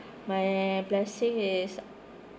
my blessing is